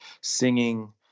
singing